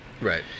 Right